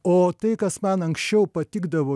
o tai kas man anksčiau patikdavo